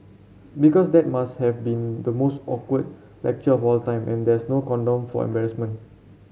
because that must have been the most awkward lecture of all time and there's no condom for embarrassment